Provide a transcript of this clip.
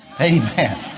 Amen